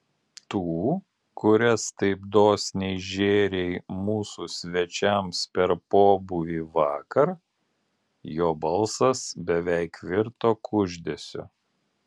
tų kurias taip dosniai žėrei mūsų svečiams per pobūvį vakar jo balsas beveik virto kuždesiu